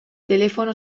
telefono